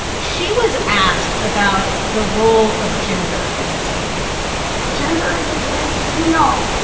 she was asked about the role of gender in this campaign gender in this race you know,